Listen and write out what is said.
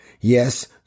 Yes